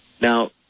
Now